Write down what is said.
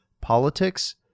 politics